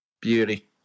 Beauty